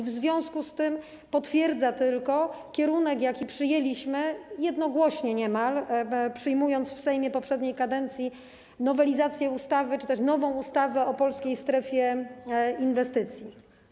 W związku z tym potwierdza tylko kierunek, jaki przyjęliśmy, niemal jednogłośnie przyjmując w Sejmie poprzedniej kadencji nowelizację ustawy czy też nową ustawę o Polskiej Strefie Inwestycji.